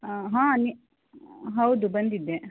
ಹಾಂ ನಿ ಹೌದು ಬಂದಿದ್ದೆ